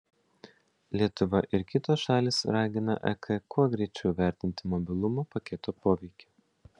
lietuva ir kitos šalys ragina ek kuo greičiau įvertinti mobilumo paketo poveikį